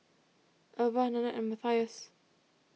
Alvah Nanette and Mathias